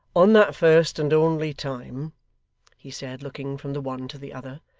on that first and only time he said, looking from the one to the other,